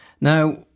Now